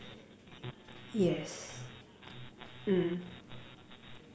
yes mm